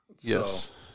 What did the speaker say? yes